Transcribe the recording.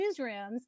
newsrooms